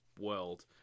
world